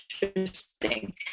Interesting